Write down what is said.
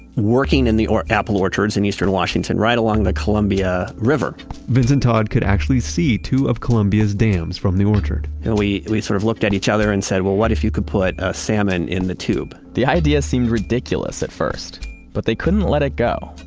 working in the apple orchards in eastern washington right along the columbia river vince and todd could actually see two of columbia's dams from the orchard and we we sort of looked at each other and said, well, what if you could put a salmon in the tube? the idea seemed ridiculous at first but they couldn't let it go.